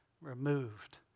removed